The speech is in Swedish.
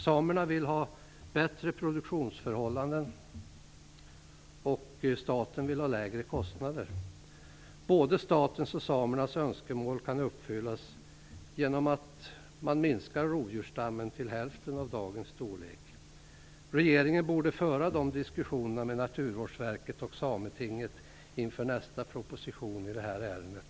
Samerna vill ha bättre produktionsförhållanden, och staten vill ha lägre kostnader. Både statens och samernas önskemål kan uppfyllas genom att man minskar rovdjursstammen till hälften av dagens storlek. Regeringen borde föra de diskussionerna med Naturvårdsverket och Sametinget inför nästa proposition i det här ärendet.